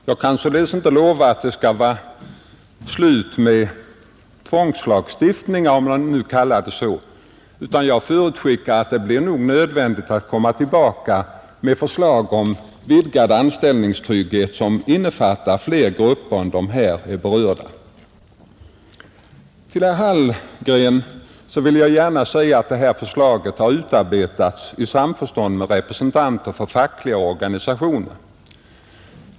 Jag kan således inte lova att det är slut med ”tvångslagstiftningen”, om man nu kallar den så, utan jag förutskickar att det nog blir nödvändigt att återkomma och lägga fram förslag om vidgad anställningstrygghet, som innefattar fler grupper än de här berörda. Jag vill gärna säga till herr Hallgren att det föreliggande förslaget har utarbetats i samförstånd med representanter för fackliga organisationer.